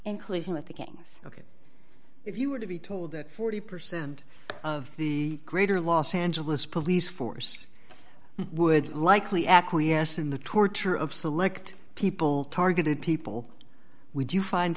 inclusion with the gangs ok if you were to be told that forty percent of the greater los angeles police force would likely acquiesce in the torture of select people targeted people would you find